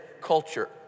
culture